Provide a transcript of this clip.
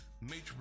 major